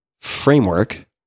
framework